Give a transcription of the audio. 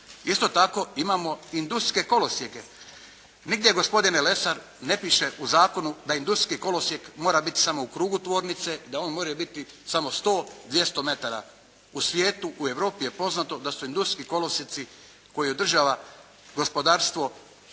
Isto tako, imamo industrijske kolosijeke. Nigdje gospodine Lesar, ne piše u zakonu da industrijskih kolosijek mora biti samo u krugu tvornice, da on može biti samo 100, 200 metara. U svijetu, u Europi je poznato da su industrijski kolosijeci koje održava gospodarstvo